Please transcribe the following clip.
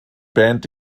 band